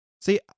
See